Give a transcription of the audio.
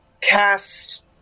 cast